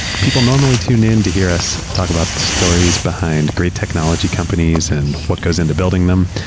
people normally tune in to hear us talk about stories behind great technology companies and what goes into building them,